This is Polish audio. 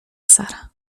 sara